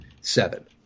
seven